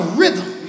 rhythm